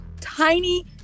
tiny